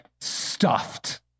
Stuffed